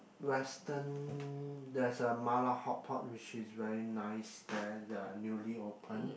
western there's a Mala Hotpot which is very nice there they're newly open